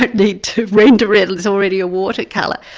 but need to render it, it's already a water-colour.